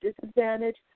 disadvantage